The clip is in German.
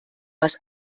was